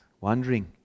Wondering